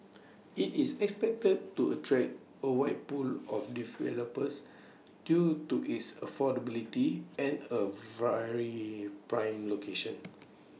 IT is expected to attract A wide pool of developers due to its affordability and A very prime location